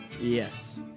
Yes